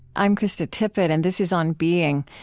i'm krista tippett, and this is on being.